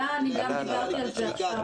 עלה, אני גם דיברתי על זה עכשיו.